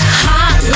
hot